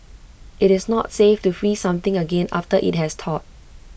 IT is not safe to freeze something again after IT has thawed